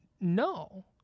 No